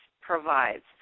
provides